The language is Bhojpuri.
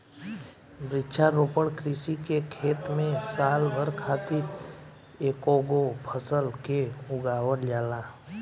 वृक्षारोपण कृषि के खेत में साल भर खातिर एकेगो फसल के उगावल जाला